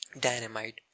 dynamite